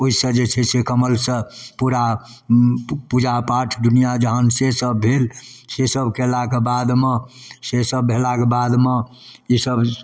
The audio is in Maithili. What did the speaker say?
ओहिसँ जे छै से कमलसँ पूरा पूजापाठ दुनिआ जहान से सब भेल से सब कएलाके बादमे से सब भेलाके बादमे ईसब